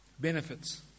Benefits